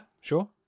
sure